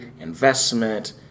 investment